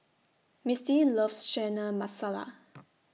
Mistie loves Chana Masala